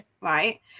right